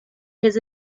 his